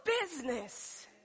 business